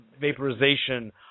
vaporization